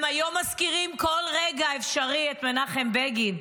הם היום מזכירים בכל רגע אפשרי את מנחם בגין.